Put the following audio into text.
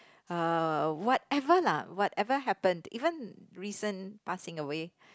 uh whatever lah whatever happened even recent passing away